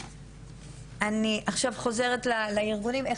אני עכשיו חוזרת לארגונים אבל לפני,